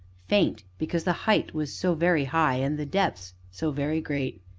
faint, because the height was so very high, and the depths so very great.